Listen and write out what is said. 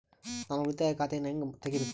ನಾನು ಉಳಿತಾಯ ಖಾತೆಯನ್ನು ಹೆಂಗ್ ತಗಿಬೇಕು?